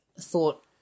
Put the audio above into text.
thought